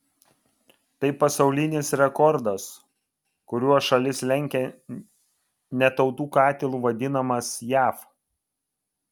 tai pasaulinis rekordas kuriuo šalis lenkia net tautų katilu vadinamas jav